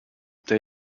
they